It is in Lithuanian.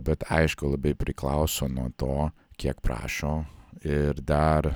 bet aišku labai priklauso nuo to kiek prašo ir dar